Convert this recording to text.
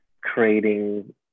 creating